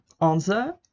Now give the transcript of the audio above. Answer